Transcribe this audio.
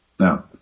Now